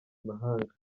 mahanga